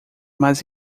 mais